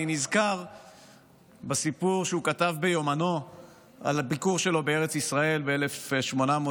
אני נזכר בסיפור שהוא כתב ביומנו על הביקור שלו בארץ ישראל ב-1898.